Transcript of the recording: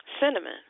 Cinnamon